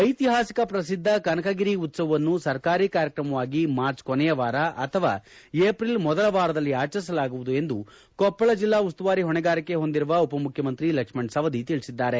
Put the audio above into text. ಐತಿಹಾಸಿಕ ಪ್ರಸಿದ್ದ ಕನಕಗಿರಿ ಉತ್ಸವವನ್ನು ಸರ್ಕಾರಿ ಕಾರ್ಯಕ್ರಮವಾಗಿ ಮಾರ್ಚ್ ಕೊನೆಯ ವಾರ ಅಥವಾ ಏಪ್ರಿಲ್ ಮೊದಲ ವಾರದಲ್ಲಿ ಆಚರಿಸಲಾಗುವುದು ಎಂದು ಕೊಪ್ಪಳ ಜಿಲ್ಲಾ ಉಸ್ತುವಾರಿ ಹೊಣೆಗಾರಿಕೆ ಹೊಂದಿರುವ ಉಪಮುಖ್ಯಮಂತ್ರಿ ಲಕ್ಷ್ಮಣ ಸವದಿ ತಿಳಿಸಿದ್ದಾರೆ